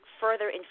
further